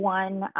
one